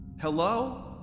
Hello